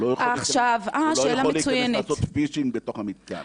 הוא לא יכול להיכנס לעשות פישינג בתוך המתקן.